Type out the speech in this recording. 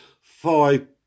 five